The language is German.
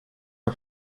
auf